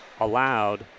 allowed